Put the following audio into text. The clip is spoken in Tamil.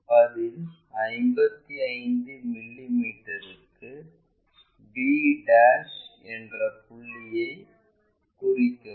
பதில் 55 மில்லி மீட்டருக்கு b என்ற புள்ளியை குறிக்கவும்